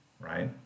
right